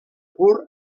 pur